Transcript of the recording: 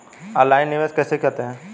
Online निवेश किसे कहते हैं?